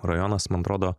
rajonas man atrodo